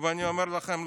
ואני אומר לכם,